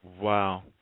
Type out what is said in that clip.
Wow